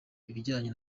ibijyanye